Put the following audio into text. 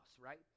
right